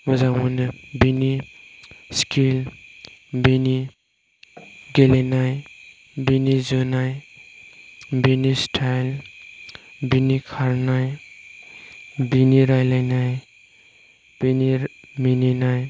मोजां मोनो बिनि स्किल बिनि गेलेनाय बिनि जोनाय बिनि स्टाइल बिनि खारनाय बिनि रायलायनाय बिनि मिनिनाय